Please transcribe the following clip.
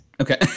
Okay